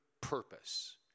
purpose